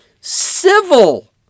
civil